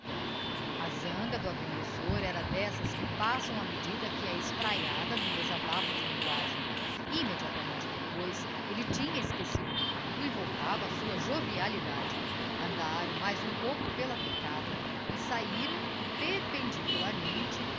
a zanga do agrimensor era d'essas que passam á medida que é espraiada n'um desabafo de linguagem immediatamente depois elle tinha esauecido tudo e voltava á sua jovialidade andaram mais um pouco pela picada e sahiram perpendicularmente